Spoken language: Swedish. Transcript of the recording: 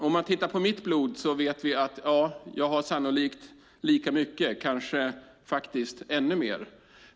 Om mitt blod vet vi att jag sannolikt har lika mycket, kanske ännu mer.